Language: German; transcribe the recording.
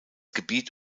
gebiet